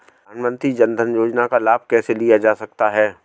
प्रधानमंत्री जनधन योजना का लाभ कैसे लिया जा सकता है?